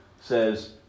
says